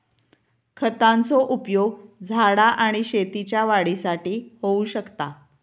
खतांचो उपयोग झाडा आणि शेतीच्या वाढीसाठी होऊ शकता